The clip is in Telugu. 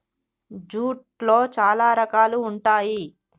జూట్లో చాలా రకాలు ఉంటాయి